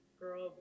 girl